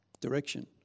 direction